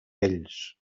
ells